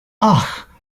ach